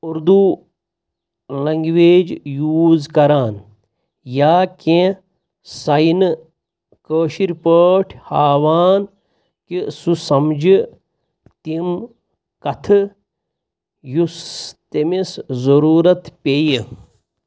Urdu language use کَران یا کیٚنٛہہ ساینہِ کٲشِرۍ پٲٹھۍ ہاوان کہِ سُہ سَمجھِ تِم کَتھٕ یُس تٔمِس ضروٗرت پیٚیہِ